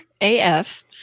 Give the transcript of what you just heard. AF